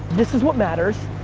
this is what matters,